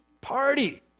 party